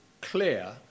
clear